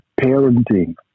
parenting